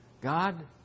God